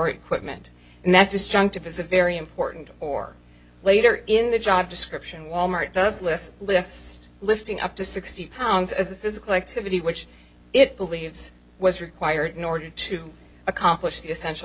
equipment and that disjunctive is of very important or later in the job description wal mart does list list lifting up to sixty pounds as a physical activity which it believes was required in order to accomplish the essential